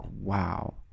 wow